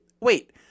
wait